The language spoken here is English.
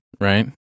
right